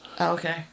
Okay